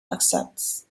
accepts